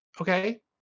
Okay